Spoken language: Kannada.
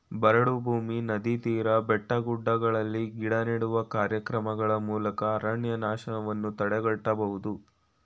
ಬರಡು ಭೂಮಿ, ನದಿ ತೀರ, ಬೆಟ್ಟಗುಡ್ಡಗಳಲ್ಲಿ ಗಿಡ ನೆಡುವ ಕಾರ್ಯಕ್ರಮಗಳ ಮೂಲಕ ಅರಣ್ಯನಾಶವನ್ನು ತಡೆಗಟ್ಟಬೋದು